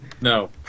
No